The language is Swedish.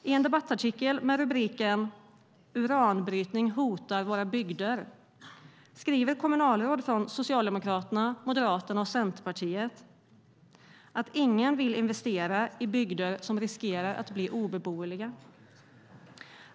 I en debattartikel med rubriken "Uranbrytning hotar våra bygder" skriver kommunalråd från Socialdemokraterna, Moderaterna och Centerpartiet att ingen vill investera i bygder som riskerar att bli obeboeliga.